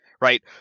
right